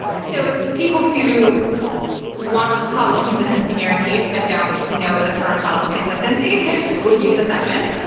so people who want causal consistency guarantees, but don't know the term causal consistency would use a session.